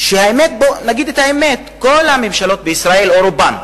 נגיד את האמת: כל הממשלות בישראל, רובן,